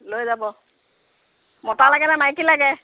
লৈ যাব মতা লাগে নে নাইকী লাগে